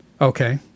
Okay